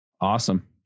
Awesome